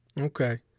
Okay